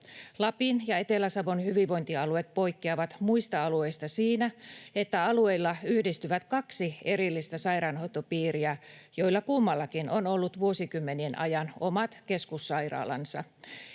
Lapin ja Etelä-Savon hyvinvointialueet poikkeavat muista alueista siinä, että alueilla yhdistyvät kaksi erillistä sairaanhoitopiiriä, joilla kummallakin on ollut vuosikymmenien ajan omat keskussairaalansa.